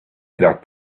that